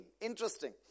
Interesting